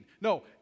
No